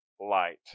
light